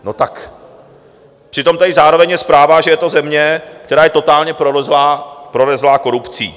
No, tak... přitom tady zároveň je zpráva, že je to země, která je totálně prolezlá, prolezlá korupcí.